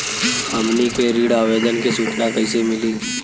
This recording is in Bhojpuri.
हमनी के ऋण आवेदन के सूचना कैसे मिली?